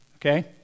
Okay